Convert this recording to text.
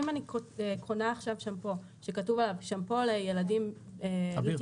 אם אני קונה עכשיו שמפו שכתוב עליו שמפו לילדים ולתינוקות,